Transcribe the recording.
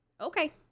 Okay